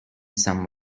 some